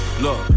look